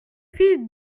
fille